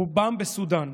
רובם בסודאן.